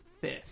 fifth